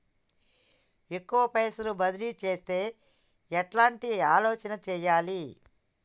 ఎక్కువ పైసలు బదిలీ చేత్తే ఎట్లాంటి ఆలోచన సేయాలి?